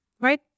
right